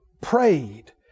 prayed